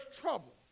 trouble